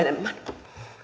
enemmän